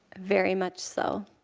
very much so.